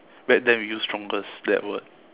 back then we use strongest that word